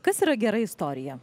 kas yra gera istorija